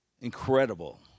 Incredible